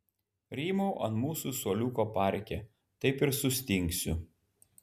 rymau ant mūsų suoliuko parke taip ir sustingsiu